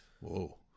Whoa